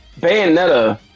Bayonetta